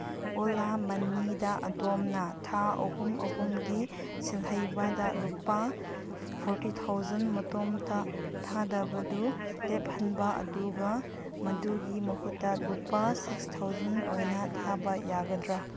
ꯑꯣꯂꯥ ꯃꯅꯤꯗ ꯑꯗꯣꯝꯅ ꯊꯥ ꯑꯍꯨꯝ ꯑꯍꯨꯝꯒꯤ ꯁꯤꯜꯍꯩꯕꯗ ꯂꯨꯄꯥ ꯐꯣꯔꯇꯤ ꯊꯥꯎꯖꯟ ꯃꯇꯣꯝꯇ ꯊꯥꯗꯕꯗꯨ ꯂꯦꯞꯍꯟꯕ ꯑꯗꯨꯒ ꯃꯗꯨꯒꯤ ꯃꯍꯨꯠꯇ ꯂꯨꯄꯥ ꯁꯤꯛꯁ ꯊꯥꯎꯖꯟ ꯑꯣꯏꯅ ꯊꯥꯕ ꯌꯥꯒꯗ꯭ꯔꯥ